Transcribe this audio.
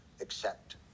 accept